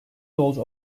yolcu